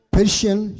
Persian